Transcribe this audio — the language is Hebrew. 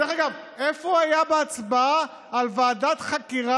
דרך אגב, איפה הוא היה בהצבעה על ועדת חקירה